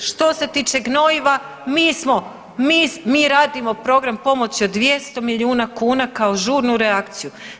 Što se tiče gnojiva mi smo, mi radimo program pomoći od 200 miliona kuna kao žurnu reakciju.